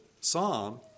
psalm